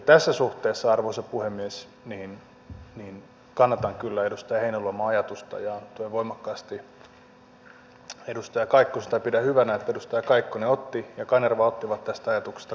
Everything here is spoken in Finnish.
tässä suhteessa arvoisa puhemies kannatan kyllä edustaja heinäluoman ajatusta ja tuen voimakkaasti edustaja kaikkosta ja pidän hyvänä että edustajat kaikkonen ja kanerva ottivat tästä ajatuksesta kopin